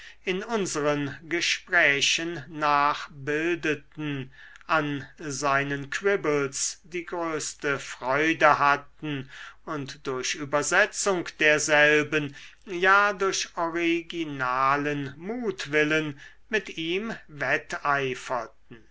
in unseren gesprächen nachbildeten an seinen quibbles die größte freude hatten und durch übersetzung derselben ja durch originalen mutwillen mit ihm wetteiferten